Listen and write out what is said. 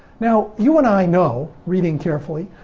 now, you and i know, reading carefully,